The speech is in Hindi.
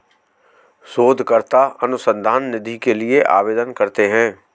शोधकर्ता अनुसंधान निधि के लिए आवेदन करते हैं